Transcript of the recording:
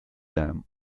lärm